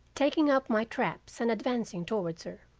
taking up my traps and advancing towards her.